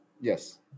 Yes